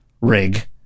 rig